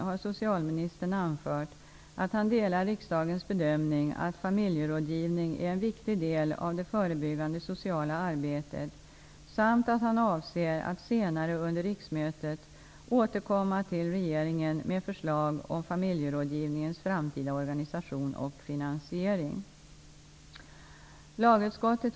6 s. 21) har socialministern anfört att han delar riksdagens bedömning att familjerådgivning är en viktig del av det förebyggande sociala arbetet samt att han avser att senare under riksmötet återkomma till regeringen med förslag om familjerådgivningens framtida organisation och finansiering. Lagutskottet (bet.